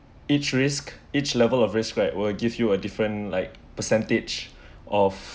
each risk each level of risk right will give you a different like percentage of